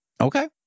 Okay